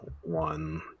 one